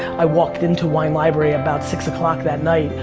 i walked into wine library about six o'clock that night,